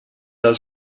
del